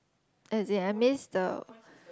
as in I miss the